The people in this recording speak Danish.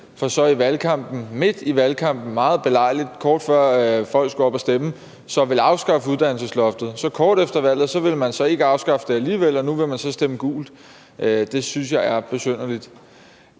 for så midt i valgkampen meget belejligt, kort før folk skulle ned og stemme, at ville afskaffe uddannelsesloftet. Kort efter valget ville man så ikke afskaffe det alligevel, og nu vil man så stemme gult. Det synes jeg er besynderligt.